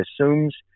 assumes